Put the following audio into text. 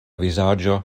vizaĝo